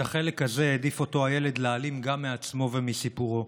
את החלק הזה העדיף אותו ילד להעלים גם מעצמו ומסיפורו.